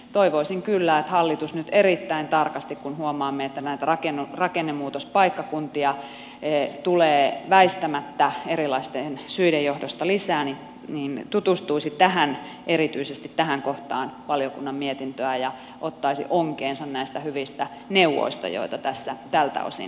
toivoisin kyllä että hallitus nyt erittäin tarkasti kun huomaamme että näitä rakennemuutospaikkakuntia tulee väistämättä erilaisten syiden johdosta lisää tutustuisi erityisesti tähän kohtaan valiokunnan mietintöä ja ottaisi onkeensa näistä hyvistä neuvoista joita tässä tältä osin esitetään